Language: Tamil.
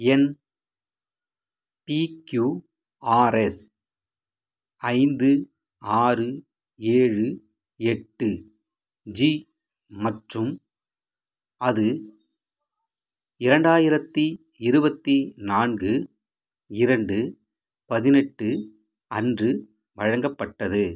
எண் பிக்யூஆர்எஸ் ஐந்து ஆறு ஏழு எட்டு ஜி மற்றும் அது இரண்டாயிரத்தி இருபத்தி நான்கு இரண்டு பதினெட்டு அன்று வழங்கப்பட்டது